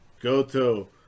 Goto